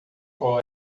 qual